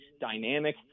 dynamic